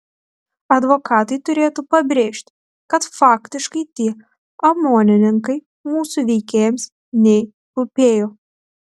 advokatai turėtų pabrėžti kad faktiškai tie omonininkai mūsų veikėjams nei rūpėjo